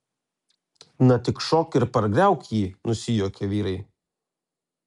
na tik šok ir pargriauk jį nusijuokė vyrai